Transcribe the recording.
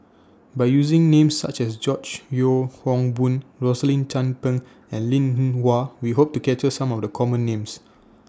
By using Names such as George Yeo Yong Boon Rosaline Chan Pang and Linn in Hua We Hope to capture Some of The Common Names